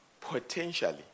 Potentially